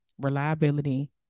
reliability